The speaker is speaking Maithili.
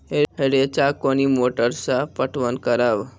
रेचा कोनी मोटर सऽ पटवन करव?